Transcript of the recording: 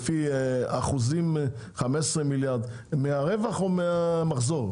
האחוזים מה-15 מיליון ₪ הם מהרווח או מהמחזור?